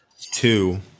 two